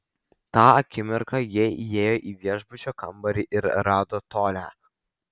tą akimirką jie įėjo į viešbučio kambarį ir rado tolią